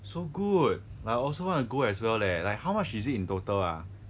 so good I also want to go as well leh like how much is it in total ah